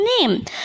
name